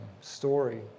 story